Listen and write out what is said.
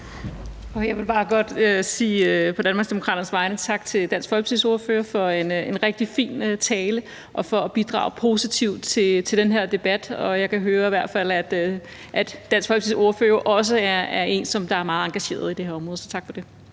Jeg vil bare på Danmarksdemokraternes vegne sige tak til Dansk Folkepartis ordfører for en rigtig fin tale og for at bidrage positivt til den her debat. Jeg kan i hvert fald høre, at Dansk Folkepartis ordfører er en, som er meget engageret i det her område, så tak for det.